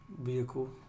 vehicle